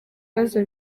bibazo